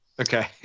Okay